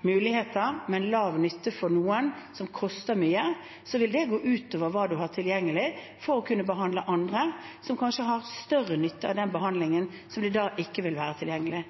muligheter, men lav nytte for noen, der det koster mye, vil det gå ut over hva man har tilgjengelig for å kunne behandle andre, som kanskje ville ha større nytte av den behandlingen som da ikke vil være tilgjengelig.